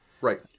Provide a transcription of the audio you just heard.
right